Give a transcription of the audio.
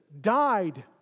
died